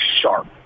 sharp